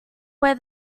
where